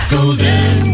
Golden